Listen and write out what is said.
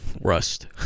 Rust